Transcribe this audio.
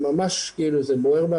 ולבנקים ולמשפחות שבלחץ,